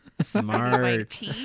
Smart